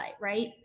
right